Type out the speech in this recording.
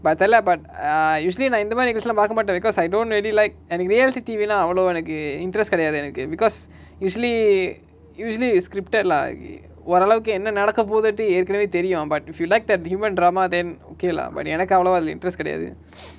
but the lah but err usually நா இந்தமாரி நிகழ்ச்சிலா பாக்க மாட்ட:na inthamari nikalchila paaka maata because I don't really like எனக்கு:enaku reality T_V lah அவளோ எனக்கு:avalo enaku interest கெடயாது எனக்கு:kedayaathu enaku because usually usually it's scripted lah ஓரளவுக்கு என்ன நடகபோகுதுண்டு ஏற்கனவே தெரியு:oralavuku enna nadakapokuthuntu yetkanave theriyu but if you like that human drama then okay lah but எனக்கு அவலவா அதுல:enaku avalava athula interest கெடயாது:kedayaathu